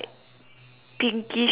pinkish red